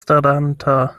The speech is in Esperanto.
staranta